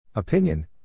Opinion